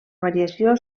variació